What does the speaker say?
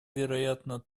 вероятно